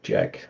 Jack